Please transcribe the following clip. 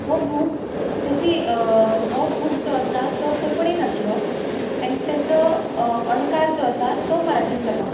हो बूक तेजी हो बूक जो आसा तो कोंकणीन आसलो एन ताजो अणकार जो आसा तो मराठीन जाला